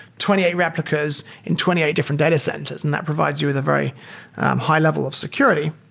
twenty eight replicas in twenty eight different data centers, and that provides you with a very high-level of security.